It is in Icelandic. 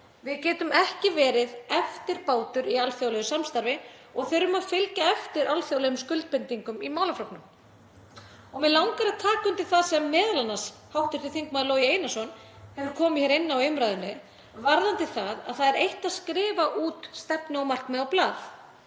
Við getum ekki verið eftirbátur í alþjóðlegu samstarfi og þurfum að fylgja eftir alþjóðlegum skuldbindingum í málaflokknum. Mig langar að taka undir það sem m.a. hv. þm. Logi Einarsson kom hér inn á í umræðunni varðandi það að það er eitt að skrifa út stefnu og markmið á blað,